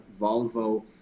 Volvo